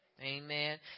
Amen